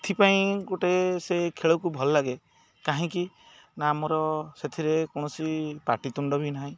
ଏଥିପାଇଁ ଗୋଟେ ସେ ଖେଳକୁ ଭଲ ଲାଗେ କାହିଁକି ନା ଆମର ସେଥିରେ କୌଣସି ପାଟିିତୁଣ୍ଡ ବି ନାହିଁ